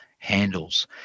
handles